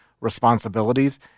responsibilities